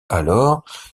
alors